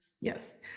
Yes